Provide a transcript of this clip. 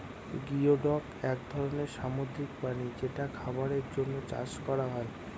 geoduck এক ধরনের সামুদ্রিক প্রাণী যেটা খাবারের জন্য চাষ করা হয়